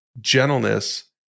gentleness